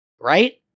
right